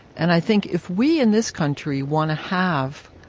and i think if we in this country want to have,